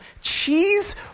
Cheese